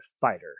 fighter